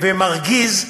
ומרגיז,